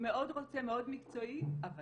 מאוד רוצה, מאוד מקצועי אבל